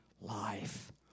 life